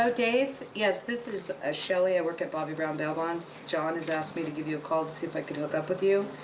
ah dave? yes, this is ah shelley. i work at bobby brown bail bonds. john has asked me to give you a call to see if i can hook up with you.